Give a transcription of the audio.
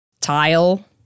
Tile